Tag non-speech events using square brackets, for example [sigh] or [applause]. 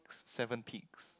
[noise] seven peaks